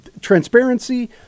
transparency